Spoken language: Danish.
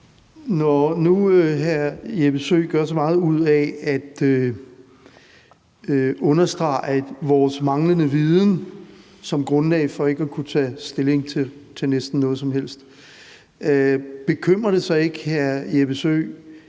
Når nu hr. Jeppe Søe gør så meget ud af at understrege vores manglende viden som grundlag for næsten ikke at kunne tage stilling til noget som helst, bekymrer det så ikke hr. Jeppe Søe,